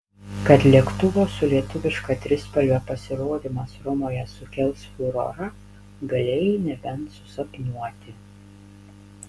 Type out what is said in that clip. kad lėktuvo su lietuviška trispalve pasirodymas romoje sukels furorą galėjai nebent susapnuoti